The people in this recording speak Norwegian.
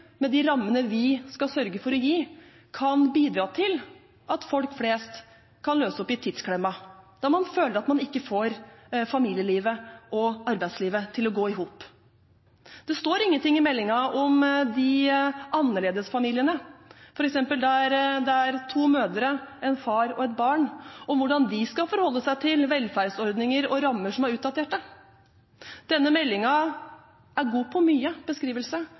med de rammene vi skal sørge for å gi, kan bidra til at folk flest kan løse opp i tidsklemma når man føler at man ikke får familielivet og arbeidslivet til å gå i hop. Det står ingenting i meldingen om annerledesfamiliene, f.eks. der det er to mødre, en far og et barn, om hvordan de skal forholde seg til velferdsordninger og -rammer som er utdatert. Denne meldingen er god på mye beskrivelse,